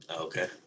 Okay